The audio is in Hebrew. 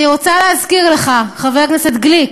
אני רוצה להזכיר לך, חבר הכנסת גליק,